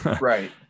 Right